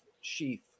sheath